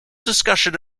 discussion